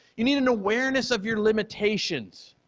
you need an awareness of your limitations.